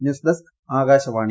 news desk Akashvani